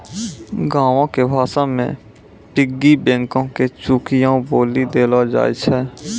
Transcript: गांवो के भाषा मे पिग्गी बैंको के चुकियो बोलि देलो जाय छै